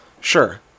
sure